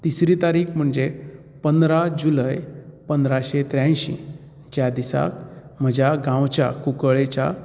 तिसरी तारीक पंदरा जुलय पंदराशे त्र्यायशीं ज्या दिसाक म्हज्या गांवच्या कुंकळ्ळेच्या